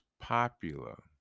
popular